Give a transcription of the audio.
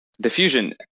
Diffusion